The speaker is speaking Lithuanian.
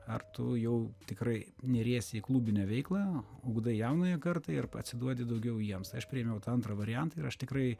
ar tu jau tikrai neriesi į klubinę veiklą ugdai jaunąją kartą ir pa atsiduodi daugiau jiems aš priėmiau tą antrą variantą ir aš tikrai